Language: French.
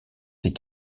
ces